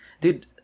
dude